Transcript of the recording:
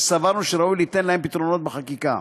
שסברנו שראוי ליתן להם פתרונות בחקיקה.